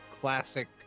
classic